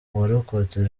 uwarokotse